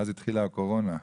ואז התחילה הקורונה,